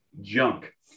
junk